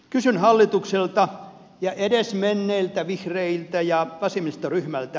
kysyn hallitukselta ja edesmenneiltä vihreiltä ja vasemmistoryhmältä